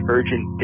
Urgent